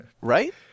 Right